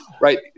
right